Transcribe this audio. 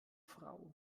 frau